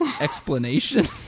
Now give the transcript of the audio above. explanation